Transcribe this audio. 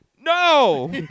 no